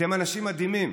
אתם אנשים מדהימים,